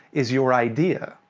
is your idea.